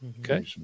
Okay